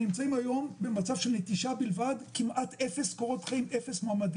עם יס"מ - יום שני קיבלנו שוטרים עם יס"מ,